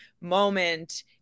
moment